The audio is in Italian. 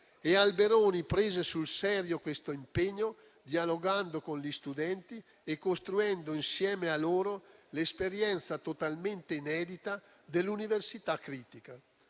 Alberoni prese sul serio questo impegno, dialogando con gli studenti e costruendo insieme a loro l'esperienza totalmente inedita dell'università critica.